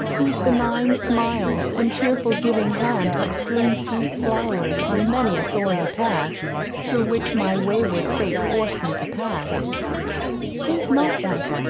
whose benign smiles and cheerful-giving hand have strewed sweet flowers on many a thorny path through which my wayward fate forced me to pass think not, that,